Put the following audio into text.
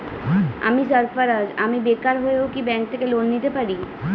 আমি সার্ফারাজ, আমি বেকার হয়েও কি ব্যঙ্ক থেকে লোন নিতে পারি?